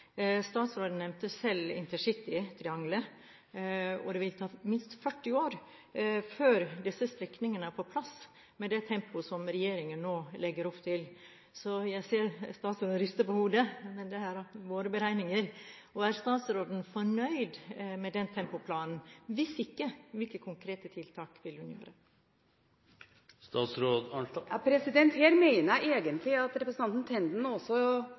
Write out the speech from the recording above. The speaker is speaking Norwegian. Statsråden nevnte selv intercitytriangelet, og det vil ta minst 40 år før disse strekningen er på plass med det tempoet som regjeringen nå legger opp til. Jeg ser statsråden riste på hodet, men det er våre beregninger. Er statsråden fornøyd med den tempoplanen? Hvis ikke: Hvilke konkrete tiltak vil hun gjøre? Her mener jeg egentlig at representanten Tenden, og også